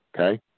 okay